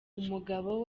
umugabo